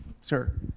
Sir